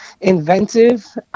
inventive